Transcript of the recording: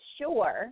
sure